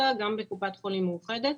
גם בקופת חולים מאוחדת.